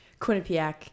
quinnipiac